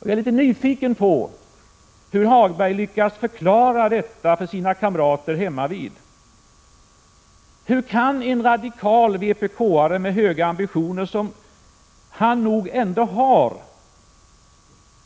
Jag är litet nyfiken på hur Lars-Ove Hagberg lyckas förklara detta för sina kamrater hemmavid. Hur kan en radikal vpk-are med höga ambitioner — som han nog ändå har,